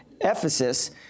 Ephesus